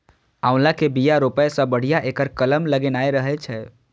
आंवला के बिया रोपै सं बढ़िया एकर कलम लगेनाय रहै छै